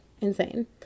insane